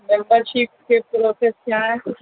membership کے process کیا ہیں